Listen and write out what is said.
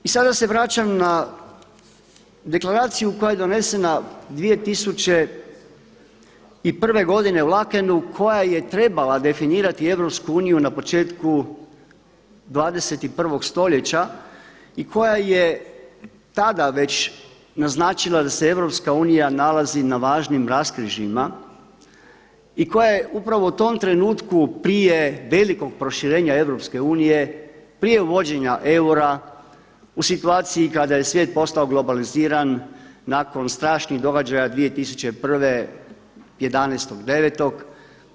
I sada se vraćam na deklaraciju koja je donesena 2001. godine u Laekenu koja je trebala definirati EU na početku 21. stoljeća i koja je tada već naznačila da se EU nalazi na važnim raskrižjima i koja je upravo u tom trenutku prije velikog proširenja EU, prije uvođenja eura u situaciji kada je svijet postao globaliziran nakon strašnih događaja 2001. 11.9.